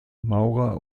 maurer